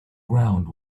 ground